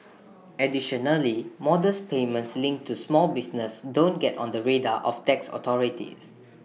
additionally modest payments linked to small business don't get on the radar of tax authorities